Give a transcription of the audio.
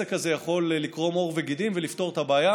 העסק הזה יכול לקרום עור וגידים, ונפתור את הבעיה